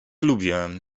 lubię